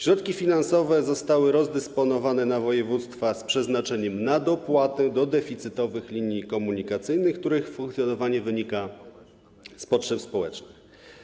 Środki finansowe zostały rozdysponowane na województwa z przeznaczeniem na dopłaty do deficytowych linii komunikacyjnych, których funkcjonowanie wynika z potrzeb społecznych.